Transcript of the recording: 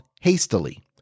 hastily